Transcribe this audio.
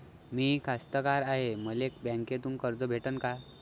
मी कास्तकार हाय, मले बँकेतून कर्ज भेटन का?